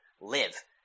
live